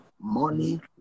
money